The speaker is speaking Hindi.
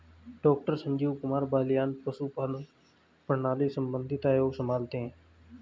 डॉक्टर संजीव कुमार बलियान पशुपालन प्रणाली संबंधित आयोग संभालते हैं